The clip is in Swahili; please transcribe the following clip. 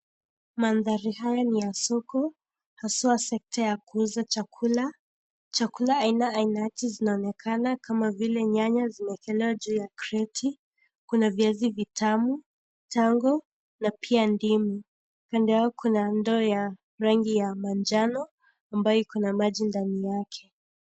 Mandhari haya ni soko haswa sekta ya kuuza chakula. Chakula aina ainati zinaonekana kama vile, nyanya zimewekelewa juu ya kreti, kuna viazi vitamu, tango na pia ndimu. Kando yao kuna ndoo ya rangi ya manjano ambayo iko na maji ndani yake.